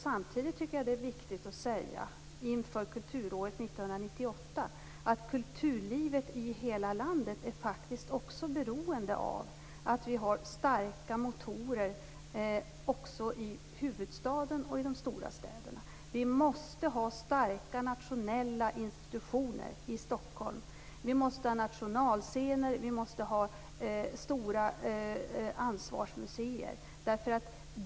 Samtidigt tycker jag att det är viktigt att säga inför kulturåret 1998 att kulturlivet i hela landet faktiskt är beroende av att vi har starka motorer också i huvudstaden och i de stora städerna. Vi måste ha starka nationella institutioner i Stockholm. Vi måste ha nationalscener, stora ansvarsmuseer.